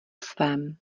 svém